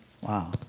Wow